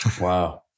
wow